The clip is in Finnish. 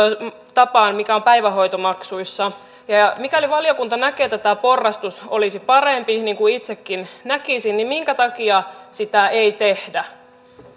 tapaan mikä on päivähoitomaksuissa mikäli valiokunta näkee että tämä porrastus olisi parempi niin kuin itsekin näkisin niin minkä takia sitä ei tehdä